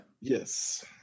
yes